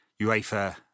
UEFA